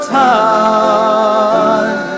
time